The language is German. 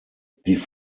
die